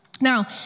Now